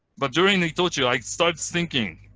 but during itochu, i started thinking.